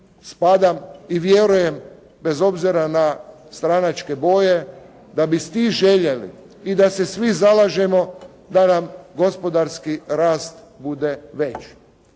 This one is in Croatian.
spadam i vjerujem bez obzira na stranačke boje da bi svi željeli i da se svi zalažemo da nam gospodarski rast bude veći.